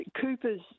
coopers